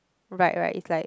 right right is like